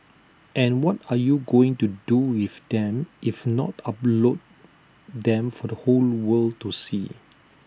and what are you going to do with them if not upload them for the whole world to see